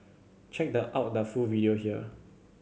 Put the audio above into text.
check the out the full video here